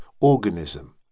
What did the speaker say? organism